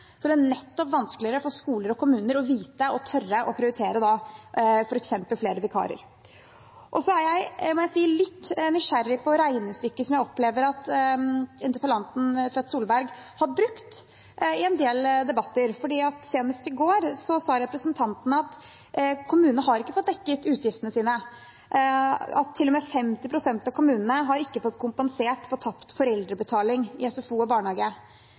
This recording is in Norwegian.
det vanskeligere for skoler og kommuner å vite og da tørre å prioritere f.eks. flere vikarer. Jeg er litt nysgjerrig på regnestykket som jeg opplever at interpellanten, Tvedt Solberg, har brukt i en del debatter. Senest i går sa representanten at kommunene ikke har fått dekket utgiftene sine, og at 50 pst. av kommunene ikke har blitt kompensert for tapt foreldrebetaling i SFO og barnehage.